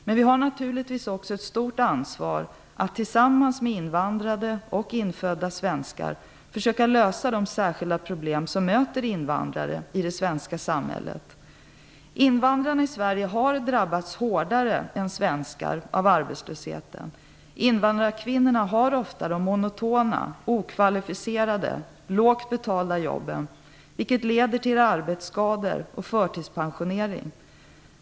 Men vi har naturligtvis också ett stort ansvar att - tillsammans med invandrade och infödda svenskar - försöka lösa de särskilda problem som möter invandrare i det svenska samhället. Invandrarna i Sverige har drabbats hårdare än svenskar av arbetslösheten. Invandrarkvinnorna har ofta de monotona, okvalificerade och lågt betalda jobben, vilket leder till arbetsskador och förtidspensionering.